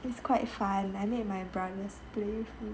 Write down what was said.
it's quite fun I made my brother play with me